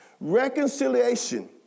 Reconciliation